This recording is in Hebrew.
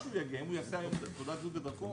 שאם הוא יעשה היום את תעודת הזהות והדרכון,